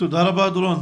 תודה רבה דורון.